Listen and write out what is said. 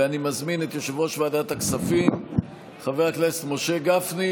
ואני מזמין את יושב-ראש ועדת הכספים חבר הכנסת משה גפני,